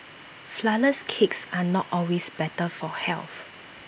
Flourless Cakes are not always better for health